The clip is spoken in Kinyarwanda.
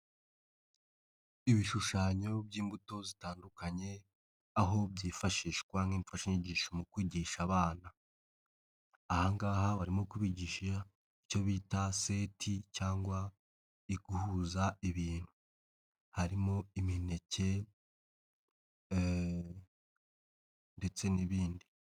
Ibishushanyo by'imbuto zitandukanye aho byifashishwa nk'imfashanyigisho mu kwigisha abana, aha ngaha barimo kubigisha icyo bita seti cyangwa ihuza ibintu harimo imineke ndetse n'ibindi.